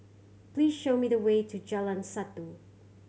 please show me the way to Jalan Satu